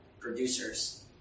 producers